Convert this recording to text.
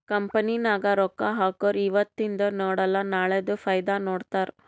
company ನಾಗ್ ರೊಕ್ಕಾ ಹಾಕೊರು ಇವತಿಂದ್ ನೋಡಲ ನಾಳೆದು ಫೈದಾ ನೋಡ್ತಾರ್